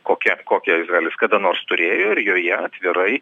kokia kokią izraelis kada nors turėjo ir joje atvirai